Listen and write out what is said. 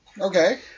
Okay